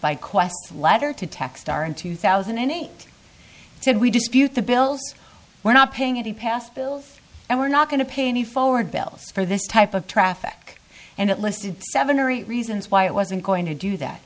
by quest letter to tech star in two thousand and eight said we dispute the bills we're not paying any past bills and we're not going to pay any forward bills for this type of traffic and it listed seven or eight reasons why it wasn't going to do that